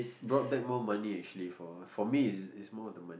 brought back more money actually for for me is more of the money